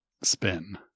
spin